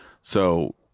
So-